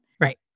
Right